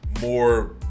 more